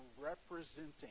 representing